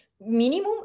minimum